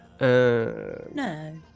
No